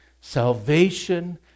salvation